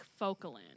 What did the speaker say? Focalin